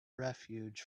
refuge